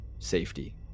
Safety